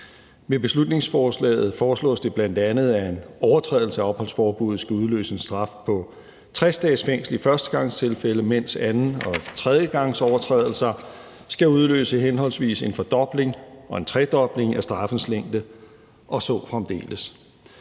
Med beslutningsforslaget foreslås det bl.a., at en overtrædelse af opholdsforbuddet skal udløse en straf på 60 dages fængsel i førstegangstilfælde, mens anden- og tredjegangsovertrædelser skal udløse henholdsvis en fordobling og en tredobling af straffens længde og så fremdeles.